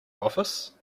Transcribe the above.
office